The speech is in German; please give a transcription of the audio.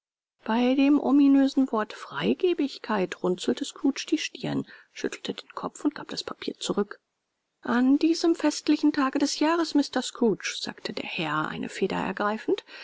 bei dem ominösen wort freigebigkeit runzelte scrooge die stirn schüttelte den kopf und gab das papier zurück an diesem festlichen tage des jahres mr scrooge sagte der herr eine feder ergreifend